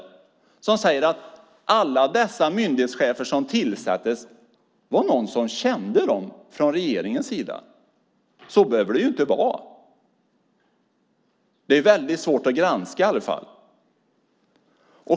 Vad är det som säger att alla de myndighetschefer som tillsattes var några som regeringen kände? Så behöver det inte vara. Det är svårt att granska i alla fall.